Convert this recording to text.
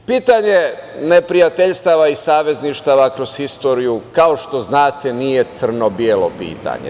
Pitanje neprijateljstava i savezništava kroz istoriju, kao što znate nije crno-belo pitanje.